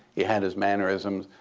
he had his mannerisms.